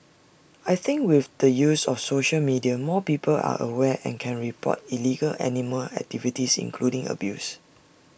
I think with the use of social media more people are aware and can report illegal animal activities including abuse